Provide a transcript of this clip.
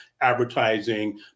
advertising